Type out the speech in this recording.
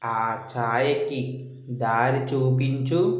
ఆ చాయకి దారి చూపించు